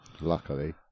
luckily